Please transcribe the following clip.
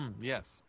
yes